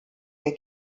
der